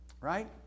right